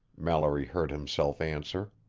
mallory heard himself answer.